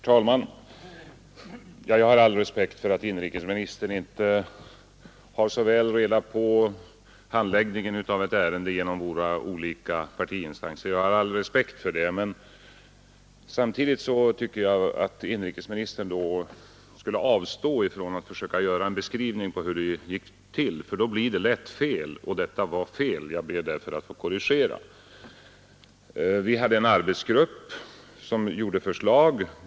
Herr talman! Jag har all förståelse för att inrikesministern inte så väl känner till handläggningen av ett ärende genom våra olika partiinstanser. Men samtidigt tycker jag att inrikesministern då skulle avstå från att försöka sig på en beskrivning av hur det gick till, för det blir lätt fel om man inte känner till förhållandena. Det inrikesministern sade var fel, och jag ber att få korrigera: vi hade en arbetsgrupp som gjorde upp förslag.